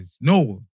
no